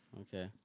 Okay